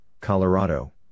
Colorado